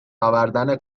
آوردن